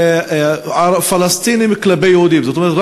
בבקשה.